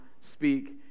speak